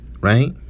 right